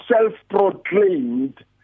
self-proclaimed